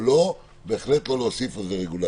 אבל בהחלט לא להוסיף על זה רגולציה.